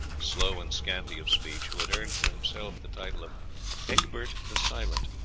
slow and scanty of speech, who had earned for himself the title of egbert the silent.